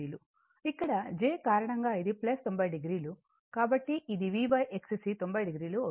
ఇక్కడ j కారణంగా ఇది 90 o కాబట్టి ఇది VXC 90 o అవుతుంది